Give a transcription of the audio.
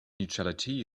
neutrality